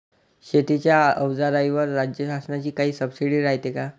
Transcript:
शेतीच्या अवजाराईवर राज्य शासनाची काई सबसीडी रायते का?